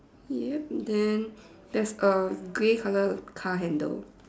yup then there's a grey color car handle